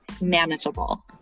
manageable